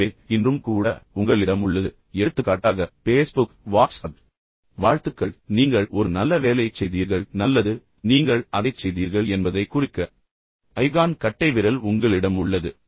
எனவே இன்றும் கூட உங்களிடம் உள்ளது எடுத்துக்காட்டாக பேஸ்புக் வாட்ஸ்அப் வாழ்த்துக்கள் நீங்கள் ஒரு நல்ல வேலையைச் செய்தீர்கள் நல்லது நீங்கள் அதைச் செய்தீர்கள் என்பதைக் குறிக்க ஐகான் கட்டைவிரல் உங்களிடம் உள்ளது